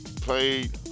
played